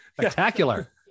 spectacular